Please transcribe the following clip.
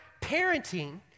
parenting